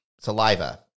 saliva